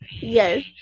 Yes